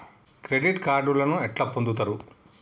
Credit కార్డులను ఎట్లా పొందుతరు?